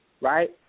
Right